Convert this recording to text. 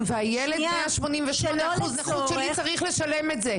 והילד שלי, עם 188% נכות, צריך לשלם את זה.